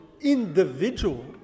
individual